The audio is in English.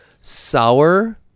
Sour